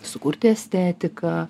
sukurti estetiką